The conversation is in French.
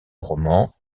romans